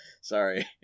Sorry